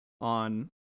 on